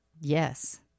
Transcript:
yes